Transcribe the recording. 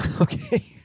okay